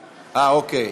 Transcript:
אה, אוקיי.